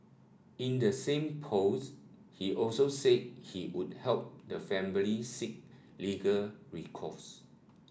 in the same post he also said he would help the family seek legal recourse